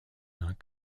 not